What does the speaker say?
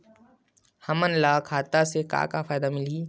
हमन ला खाता से का का फ़ायदा मिलही?